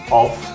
off